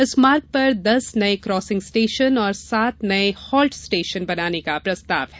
इस मार्ग पर दस नए क्रॉसिंग स्टेशन और सात नए हाल्ट स्टेशन बनाने का प्रस्ताव है